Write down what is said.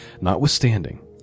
Notwithstanding